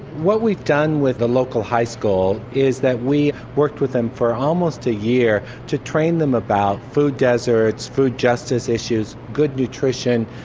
what we've done with the local high school, is that we worked with them for almost a year, to train them about food deserts, food justice issues, good nutrition,